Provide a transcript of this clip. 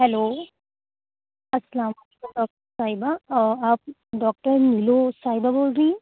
hello السّلام علیکم doctor صاحبہ آپ ڈاکٹر نیلو صاحبہ بول رہی ہیں